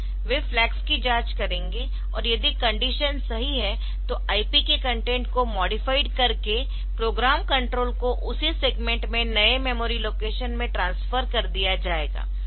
वे flags की जांच करेंगे और यदि कंडीशन सही है तो IP के कंटेंट को मॉडिफाइड करके प्रोग्राम कंट्रोल को उसी सेगमेंट में नए मेमोरी लोकेशन में ट्रांसफर कर दिया जाएगा